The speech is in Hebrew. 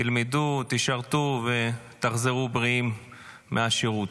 תלמדו תשרתו, ותחזרו בריאים מהשירות.